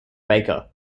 baker